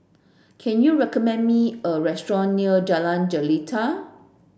can you recommend me a restaurant near Jalan Jelita